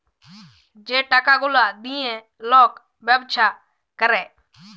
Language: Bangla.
যে টাকা গুলা দিঁয়ে লক ব্যবছা ক্যরে